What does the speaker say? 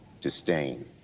disdain